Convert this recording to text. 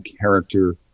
character